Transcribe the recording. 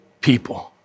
people